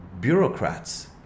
bureaucrats